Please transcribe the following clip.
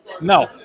No